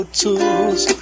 tools